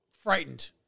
Frightened